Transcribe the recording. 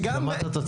שמעת את הצלצול.